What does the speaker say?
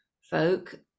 folk